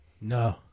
No